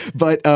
but. ah